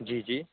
جی جی